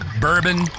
bourbon